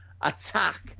attack